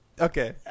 Okay